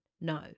No